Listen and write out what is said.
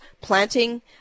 planting